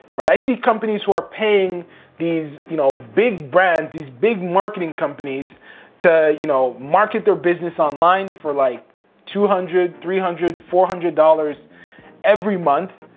right? i see companies who are paying these, you know, big brands, these big marketing companies to, you know, market their business online for like two hundred, three hundred, four hundred dollars every month,